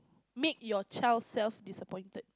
make your child self-disappointed